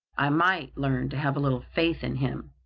i might learn to have a little faith in him.